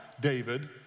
David